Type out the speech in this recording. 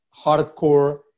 hardcore